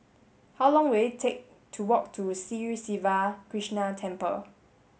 how long will it take to walk to Sri Siva Krishna Temple